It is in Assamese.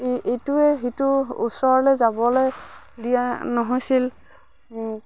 ইটোৱে সিটোৰ ওচৰলে যাবলে দিয়া নহৈছিল